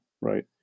right